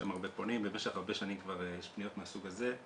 בשם הרבה פונים ובמשך הרבה שנים כבר יש פניות מהסוג הזה,